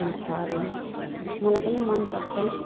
माछाहरू मलाई पनि मन पर्छ